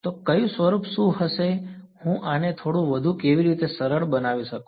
તો કયું સ્વરૂપ શું હશે હું આને થોડું વધુ કેવી રીતે સરળ બનાવી શકું